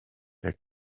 der